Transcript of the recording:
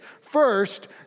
First